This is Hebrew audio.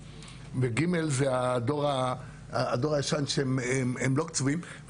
ו-ג' זה הדור הישן שהם לא קצובים.